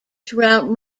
throughout